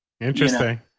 Interesting